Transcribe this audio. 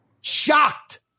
Shocked